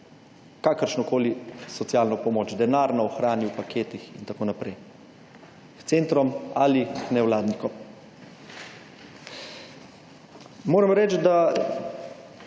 kakršnokoli socialno pomoč: denarno, v hrani, v paketih in tako naprej, h centrom ali nevladnikom. Moram reči, da